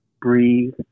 breathe